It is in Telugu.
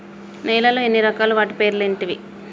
నేలలు ఎన్ని రకాలు? వాటి పేర్లు ఏంటివి?